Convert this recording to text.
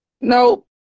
Nope